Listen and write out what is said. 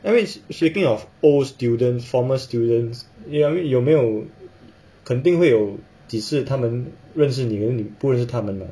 I mean speaking of old students former students 你有没有肯定会有几次他们认识你 then 你不认识他们